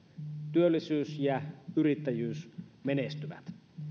työllisyys ja yrittäjyys menestyvät